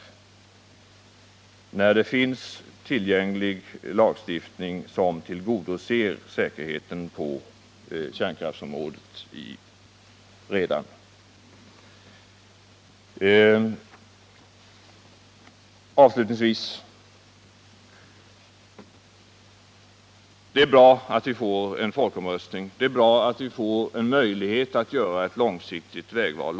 Vilket är syftet, när det ju redan finns tillgänglig lagstiftning som tillgodoser säkerheten på kärnkraftsområdet? Avslutningsvis vill jag säga att det är bra att vi får en folkomröstning. Det är bra att vi får en möjlighet att göra ett långsiktigt vägval.